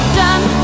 done